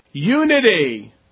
Unity